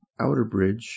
Outerbridge